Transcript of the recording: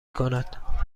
کند